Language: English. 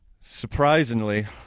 Surprisingly